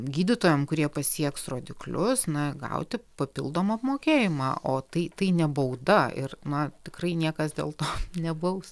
gydytojam kurie pasieks rodiklius na gauti papildomą apmokėjimą o tai tai ne bauda ir na tikrai niekas dėl to nebaus